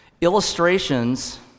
Illustrations